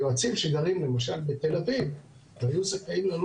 היועצים שגרים למשל בתל אביב היו זכאים ללון